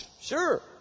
sure